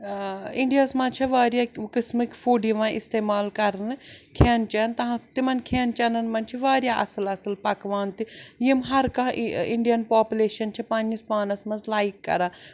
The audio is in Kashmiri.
اِنڈیاہَس منٛز چھےٚ واریاہ قٕسمٕکۍ فُڈ یِوان اِستعمال کَرنہٕ کھٮ۪ن چٮ۪ن تَتھ تِمَن کھٮ۪ن چٮ۪نَن منٛز چھِ واریاہ اَصٕل اَصٕل پَکوان تہِ یِم ہَر کانٛہہ اِنڈیَن پاپلیشَن چھِ پنٛنِس پانَس منٛز لایِک کَران